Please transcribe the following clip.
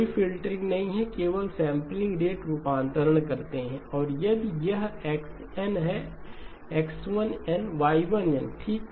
कोई फ़िल्टरिंग नहीं केवल सैंपलिंग रेट रूपांतरण करते है और यदि यह x n है X1n Y1 n ठीक